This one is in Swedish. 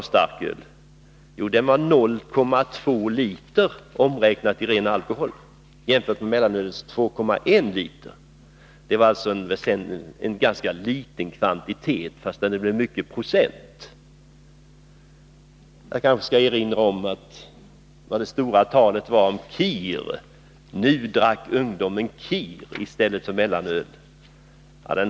Jo, starkölskonsumtionen, omräknad i ten = Alkoholoch naralkohol, uppgick till 0,2 liter — att jämföras med mellanölets 2,1 liter. Det var alltså en liten kvantitet, fast det blev mycket i procent. Jag vill erinra om det myckna talet om vinet Kir. Nu dricker ungdomen Kir i stället för mellanöl, sade man.